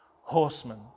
horsemen